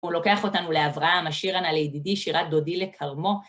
הוא לוקח אותנו לאברהם, אשירה נא לידידי, שירת דודי לכרמו.